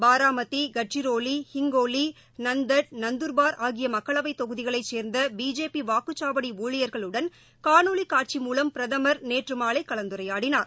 பாராமதி கட்சிரோலி ஹிங்கோலி நான்டெட் நந்தர்பாத் ஆகிய மக்களவை தொகுதிகளை சேர்ந்த பிஜேபி வாக்குச்சாவடி ஊழியர்களுடன் காணோலி காட்சி மூலம் பிரதமர் நேற்று மாலை கலந்துரையாடினார்